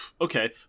okay